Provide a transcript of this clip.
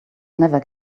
never